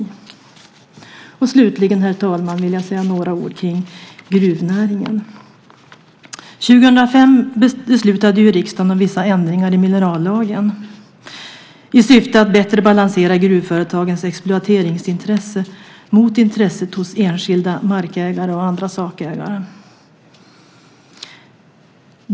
Herr talman! Slutligen vill jag säga några ord om gruvnäringen. År 2005 beslutade riksdagen om vissa ändringar i minerallagen i syfte att bättre balansera gruvföretagens exploateringsintresse mot intresset hos enskilda markägare och andra sakägare.